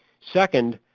second,